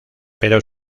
pero